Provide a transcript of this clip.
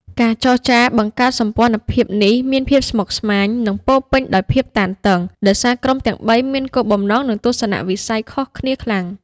ការចរចាបង្កើតសម្ព័ន្ធភាពនេះមានភាពស្មុគស្មាញ និងពោរពេញដោយភាពតានតឹង ដោយសារក្រុមទាំងបីមានគោលបំណង និងទស្សនៈវិស័យខុសគ្នាខ្លាំង។